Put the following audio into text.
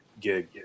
gig